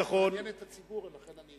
זה מעניין את הציבור, ולכן אני שואל.